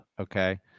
okay